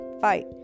fight